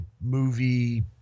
movie